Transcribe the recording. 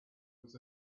was